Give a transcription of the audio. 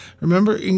Remember